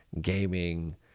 gaming